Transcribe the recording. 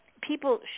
people